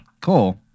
cool